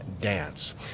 dance